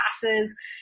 classes